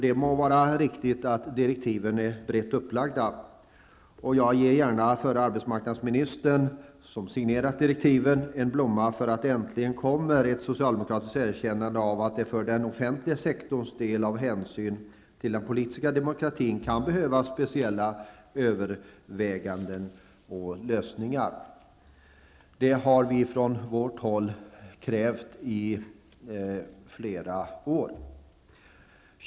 Det må vara riktigt att direktiven är brett upplagda. Jag ger gärna den förra arbetsmarknadsministern, som signerat direktiven, en blomma för att det äntligen kommer ett socialdemokratiskt erkännande av att det för den offentliga sektorns del av hänsyn till den politiska demokratin kan behövas speciella överväganden och lösningar. Det har vi från vårt håll krävt i flera år.